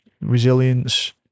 resilience